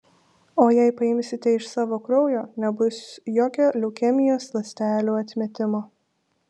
o jei paimsite iš savo kraujo nebus jokio leukemijos ląstelių atmetimo